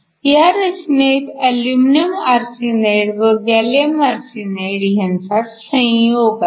ह्या रचनेत aluminium arsenide व गॅलीअम आर्सेनाईड ह्यांचा संयोग आहे